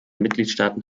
mitgliedstaaten